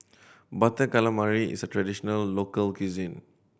Butter Calamari is a traditional local cuisine